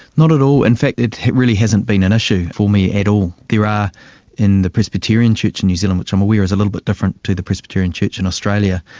not at all. in fact it really hasn't been an issue for me at all. there are in the presbyterian church in new zealand, which i'm aware is a little bit different to the presbyterian church in australia,